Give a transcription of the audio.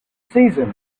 season